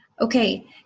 Okay